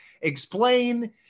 Explain